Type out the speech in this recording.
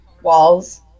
walls